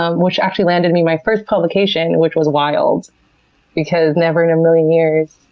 um which actually landed me my first publication, which was wild because never in a million years,